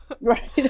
Right